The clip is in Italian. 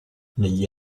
negli